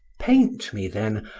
paint me, then,